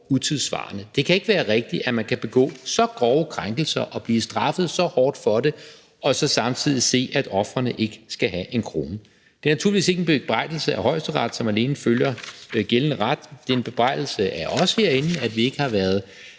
utidssvarende. Det kan ikke være rigtigt, at man kan begå så grove krænkelser og blive straffet så hårdt for det og så samtidig se, at ofrene ikke skal have en krone. Det er naturligvis ikke en bebrejdelse af Højesteret, som alene følger gældende ret. Det er en bebrejdelse af os herinde, at vi ikke har været